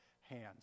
hands